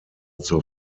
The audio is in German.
zur